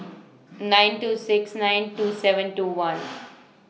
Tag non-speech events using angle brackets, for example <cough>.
nine two six nine two seven two one <noise>